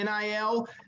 NIL